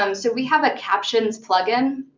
um so we have a captions plug-in,